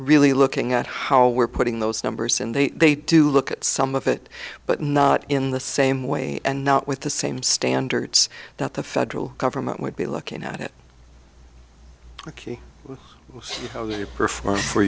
really looking at how we're putting those numbers in they do look at some of it but not in the same way and not with the same standards that the federal government would be looking at it ok for